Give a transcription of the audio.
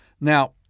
Now